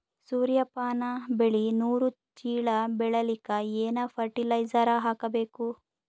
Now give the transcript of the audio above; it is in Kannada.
ಸೂರ್ಯಪಾನ ಬೆಳಿ ನೂರು ಚೀಳ ಬೆಳೆಲಿಕ ಏನ ಫರಟಿಲೈಜರ ಹಾಕಬೇಕು?